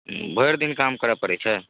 भरि दिन काम पड़ैत छै